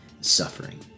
suffering